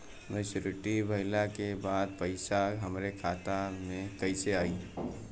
Maturity भईला के बाद पईसा हमरे खाता में कइसे आई?